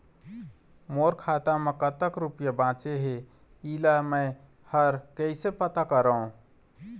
मोर खाता म कतक रुपया बांचे हे, इला मैं हर कैसे पता करों?